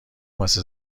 واسه